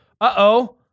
Uh-oh